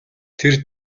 тэр